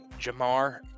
Jamar